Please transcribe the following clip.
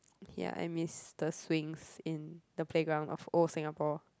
ya I miss the swings in the playground of old Singapore